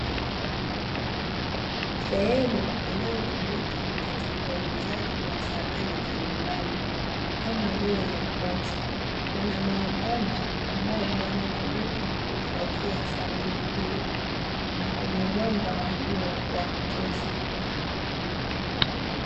Sehemu inayotumika katika uuzaji wa samani za nyumbani kama vile makochi, kuna mabanda ambayo yanatumika kuhifadhia samani hizo na kuna mwanga wa jua wakutosha.